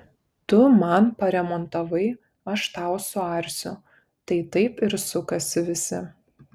tu man paremontavai aš tau suarsiu tai taip ir sukasi visi